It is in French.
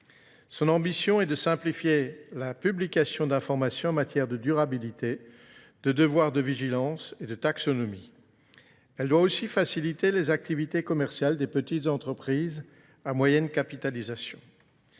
Son ambition est de simplifier la publication d'informations en matière de durabilité, de devoirs de vigilance et de taxonomie. Elle doit aussi faciliter les activités commerciales des petites entreprises à moyenne capitalisation.